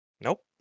Nope